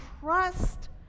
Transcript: trust